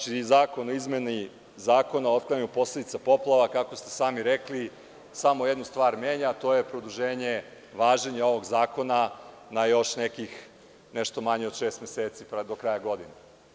Predlog zakona o izmeni Zakona o otklanjanju posledica poplava, kako ste sami rekli, samo jednu stvar menja, a to je produženje važenja ovog zakona na još nešto manje od šest meseci, tj. do kraja godine.